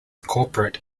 corporate